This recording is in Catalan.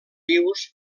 vius